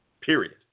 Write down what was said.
period